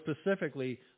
specifically